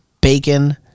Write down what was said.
bacon